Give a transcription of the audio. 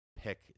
pick